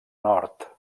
nord